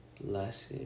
Blessed